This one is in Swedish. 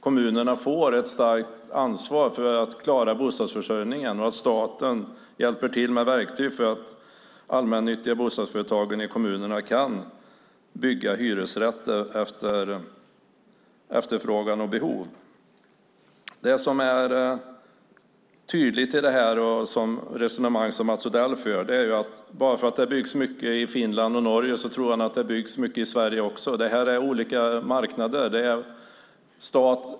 Kommunerna får ett starkt ansvar för att klara bostadsförsörjningen, och staten hjälper till med verktygen för att de allmännyttiga bostadsföretagen i kommunerna ska kunna bygga hyresrätter efter efterfrågan och behov. Det som är tydligt i det resonemang som Mats Odell för är att bara för att det byggs mycket i Finland och Norge tror han att det byggs mycket i Sverige också. Det är olika marknader.